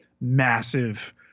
massive